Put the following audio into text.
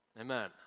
Amen